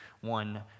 one